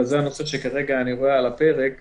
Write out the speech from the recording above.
אבל אני רואה שזה הנושא על הפרק כרגע.